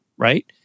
right